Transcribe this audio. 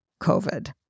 COVID